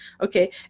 okay